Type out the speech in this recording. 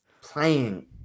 playing